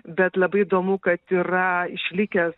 bet labai įdomu kad yra išlikęs